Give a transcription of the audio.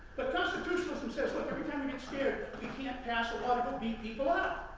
but, constitutionalism says, look every time you get scared, you can't pass a law to but beat people up.